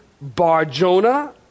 Bar-Jonah